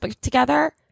together